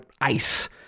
ICE